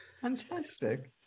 Fantastic